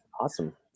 Awesome